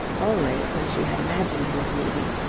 always when she had imagined this meeting,